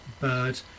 bird